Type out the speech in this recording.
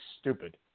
stupid